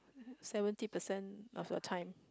seventy percent of your time